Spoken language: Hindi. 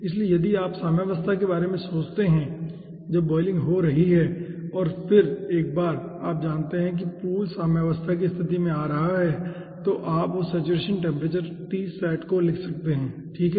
इसलिए यदि आप साम्यावस्था के बारे में सोचते हैं जब बॉयलिंग हो रही है और एक बार फिर आप जानते हैं कि पूल साम्यावस्था की स्थिति में आ रहा है तो आप उस सेचुरेशन टेम्परेचर Tsat को लिख सकते हैं ठीक है